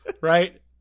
Right